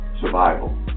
Survival